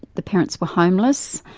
the parents were homeless,